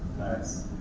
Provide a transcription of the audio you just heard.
nice